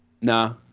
Nah